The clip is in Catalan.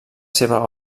seva